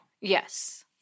Yes